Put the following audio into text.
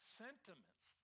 sentiments